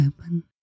open